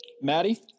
Maddie